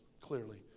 clearly